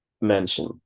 mention